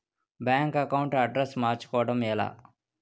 Bank account address మార్చుకోవడం ఎలా?